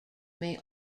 may